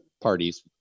parties